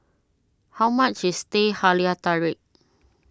how much is Teh Halia Tarik